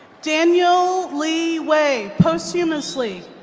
daniel lee way, posthumously.